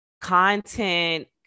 content